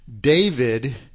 David